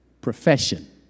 profession